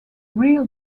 real